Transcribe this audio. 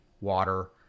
water